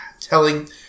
telling